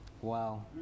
Wow